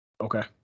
Okay